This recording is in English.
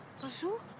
bonjour